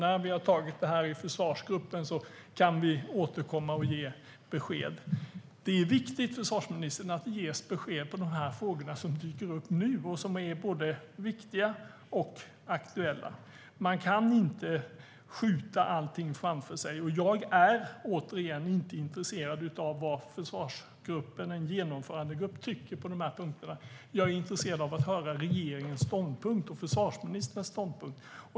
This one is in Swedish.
När vi har tagit det här i försvarsgruppen kan vi återkomma och lämna besked. Det är viktigt, försvarsministern, att det ges svar på de frågor som dyker upp nu och som är både viktiga och aktuella. Man kan inte skjuta allting framför sig. Återigen: Jag är inte intresserad av vad försvarsgruppen eller genomförandegruppen anser på dessa punkter. Jag är intresserad av att höra regeringens och försvarsministerns ståndpunkt.